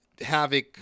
Havoc